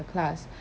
a class